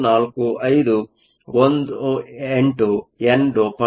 745 18 ಎನ್ ಡೋಪಂಟ್ ಆಗಿದೆ